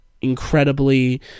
incredibly